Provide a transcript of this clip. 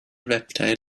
reptile